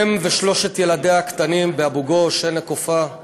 אם ושלושת ילדיה הקטנים, באבו-גוש, עין-נקובה,